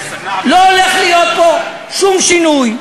לא הולך להיות פה שום שינוי.